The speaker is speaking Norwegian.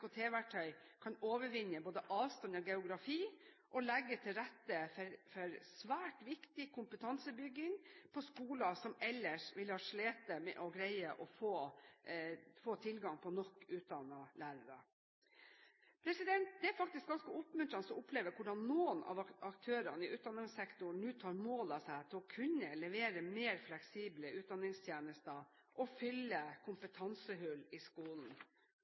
kan overvinne både avstand og geografi og legge til rette for svært viktig kompetansebygging på skoler som ellers ville ha slitt med å greie å få tilgang på nok utdannede lærere. Det er faktisk ganske oppmuntrende å oppleve hvordan noen av aktørene i utdanningssektoren nå tar mål av seg til å kunne levere mer fleksible utdanningstjenester og fylle kompetansehull i skolen.